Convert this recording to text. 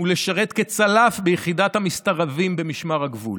ולשרת כצלף ביחידת המסתערבים במשמר הגבול.